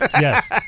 Yes